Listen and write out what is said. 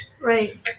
right